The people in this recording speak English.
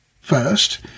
first